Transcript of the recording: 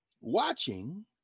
watching